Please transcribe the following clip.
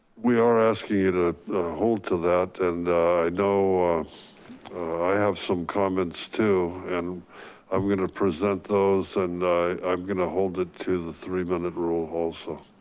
we are asking you to hold to that. and i know i have some comments too. and i'm gonna present those and i'm gonna hold it to the three minute rule, also.